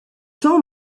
temps